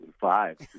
Five